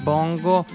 Bongo